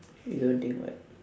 you don't think what